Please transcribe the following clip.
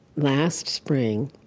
last spring,